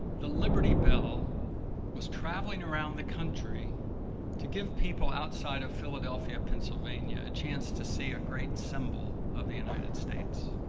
the liberty bell was traveling around the country to give people outside of philadelphia, pennsylvania a chance to see a great symbol of the united states.